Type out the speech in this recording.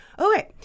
Okay